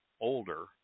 older